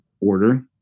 order